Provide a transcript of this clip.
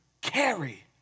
carry